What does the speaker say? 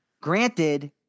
Granted